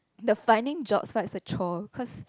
the finding job is like a chore cause